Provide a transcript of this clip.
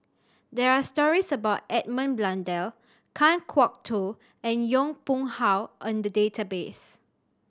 there are stories about Edmund Blundell Kan Kwok Toh and Yong Pung How in the database